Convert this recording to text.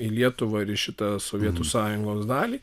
į lietuvą ir į šitą sovietų sąjungos dalį